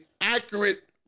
accurate